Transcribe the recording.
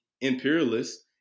imperialists